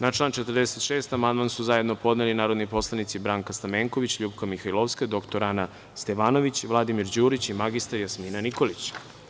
Na član 46. amandman su zajedno podneli narodni poslanici Branka Stamenković, LJupka Mihajlovska, dr Ana Stevanović, Vladimir Đurić i mr Jasmina Nikolić.